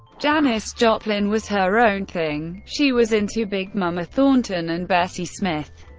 janis joplin was her own thing she was into big mama thornton and bessie smith.